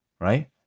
right